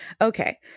Okay